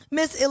Miss